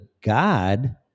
God